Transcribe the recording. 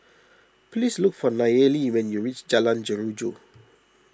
please look for Nayeli when you reach Jalan Jeruju